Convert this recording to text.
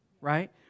Right